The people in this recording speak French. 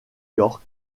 york